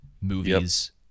movies